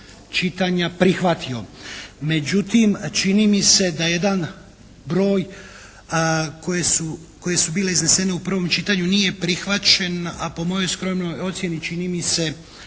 čitanja prihvatio. Međutim čini mi se da jedan broj koje su, koje su bile iznesene u prvom čitanju nije prihvaćen a po mojoj skromnoj ocjeni čini mi se